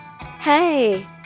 Hey